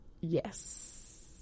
Yes